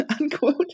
unquote